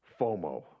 FOMO